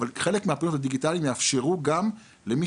אבל חלק מהפעילויות הדיגיטליות יאפשרו גם למי